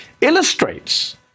illustrates